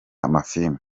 amafilime